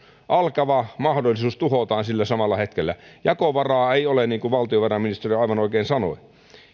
alkava mahdollisuus tuhotaan sillä samalla hetkellä jakovaraa ei ole niin kuin valtiovarainministeri aivan oikein sanoi